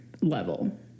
level